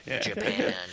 Japan